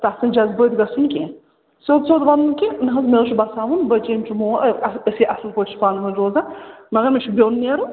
تَتھ چھُنہٕ جَذبٲتۍ گژھُن کینٛہہ سیوٚد سیوٚد وَنُن کہِ نہٕ حظ مےٚ حظ چھِ بَساوُن بٔچِیَن چھِ مول أسے اَصٕل پٲٹھۍ چھِ پانہٕ ؤنۍ روزان مگر مےٚ چھِ بیوٚن نیرُن